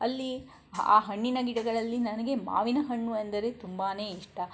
ಅಲ್ಲಿ ಆ ಹಣ್ಣಿನ ಗಿಡಗಳಲ್ಲಿ ನನಗೆ ಮಾವಿನಹಣ್ಣು ಅಂದರೆ ತುಂಬಾ ಇಷ್ಟ